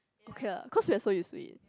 okay lah cause we're so used to it